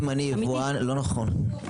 לא נכון.